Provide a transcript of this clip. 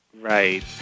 Right